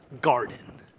garden